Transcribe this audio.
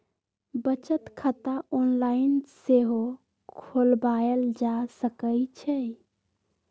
बचत खता ऑनलाइन सेहो खोलवायल जा सकइ छइ